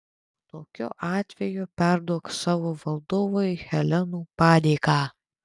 tokiu atveju perduok savo valdovui helenų padėką